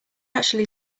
actually